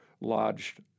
lodged